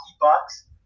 bucks